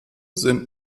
sind